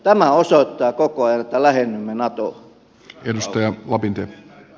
tämä osoittaa koko ajan että lähennymme natoa